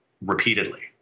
repeatedly